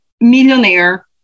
millionaire